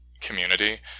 community